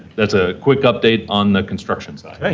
that's a quick update on the construction site. hey,